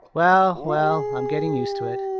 well. well. i'm getting used to it,